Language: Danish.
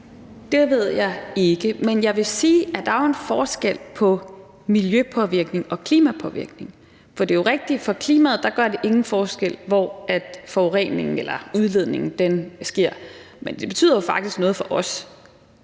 Det ved jeg ikke. Men jeg vil sige, at der jo er en forskel på miljøpåvirkning og klimapåvirkning. For det er rigtigt, at for klimaet gør det ingen forskel, hvor forureningen eller udledningen sker, men det betyder jo faktisk noget for os,